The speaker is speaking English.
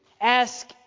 ask